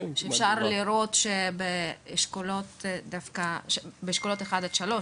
אפשר לראות שדווקא באשכולות אחד עד שלוש,